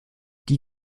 die